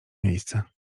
miejsce